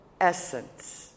essence